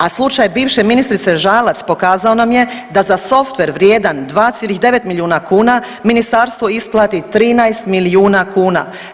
A slučaj bivše ministrice Žalac pokazao nam je da za software vrijedan 2,9 milijuna kuna ministarstvo isplati 13 milijuna kuna.